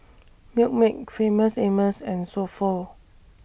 Milkmaid Famous Amos and So Pho